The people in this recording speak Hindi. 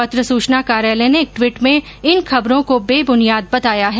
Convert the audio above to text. पत्र सूचना कार्यालय ने एक ट्वीट में इन खबरों को बेबुनियाद बताया है